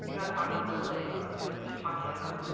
you know talking literally about students, you're talking about?